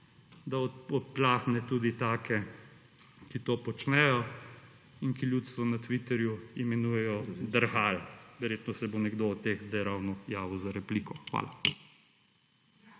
da odplakne tudi take, ki to počnejo in ki ljudstvo na Twitterju imenujejo drhal. Verjetno se bo nekdo od teh zdaj ravno javil za repliko. Hvala.